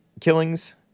killings